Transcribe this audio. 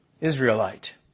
Israelite